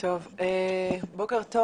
בוקר טוב.